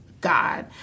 God